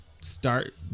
start